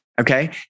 okay